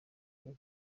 byo